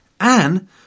Anne